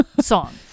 song